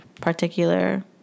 particular